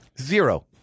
Zero